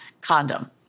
condom